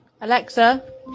Alexa